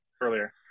earlier